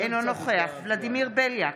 אינו נוכח ולדימיר בליאק,